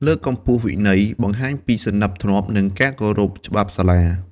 លើកកម្ពស់វិន័យ បង្ហាញពីសណ្តាប់ធ្នាប់ និងការគោរពច្បាប់សាលា។